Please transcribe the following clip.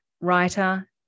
writer